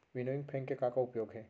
Winnowing fan के का उपयोग हे?